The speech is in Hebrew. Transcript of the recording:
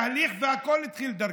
הכול עניין של תהליך והכול התחיל דרככם.